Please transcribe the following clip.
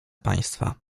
państwa